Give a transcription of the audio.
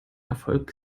erfolg